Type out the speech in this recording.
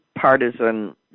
partisan